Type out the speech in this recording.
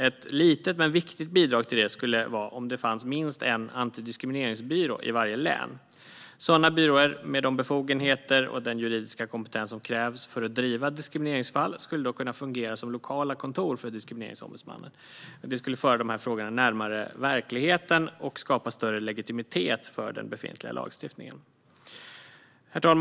Ett litet men viktigt bidrag till detta skulle vara om det fanns minst en antidiskrimineringsbyrå i varje län. Sådana byråer, med de befogenheter och den juridiska kompetens som krävs för att driva diskrimineringsfall, skulle då kunna fungera som lokala kontor för Diskrimineringsombudsmannen. Det skulle föra de här frågorna närmare verkligheten och skapa större legitimitet för den befintliga lagstiftningen. Herr talman!